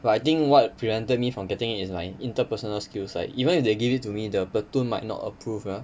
but I think what prevented me from getting it is like interpersonal skills like even if they give it to me the platoon might not approve ah